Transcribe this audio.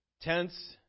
Tents